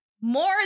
more